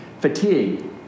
Fatigue